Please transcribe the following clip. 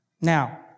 now